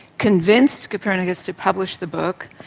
convinced copernicus to publish the book,